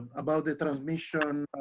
about the transmission